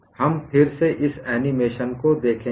हम फिर से इस एनीमेशन को देखेंगे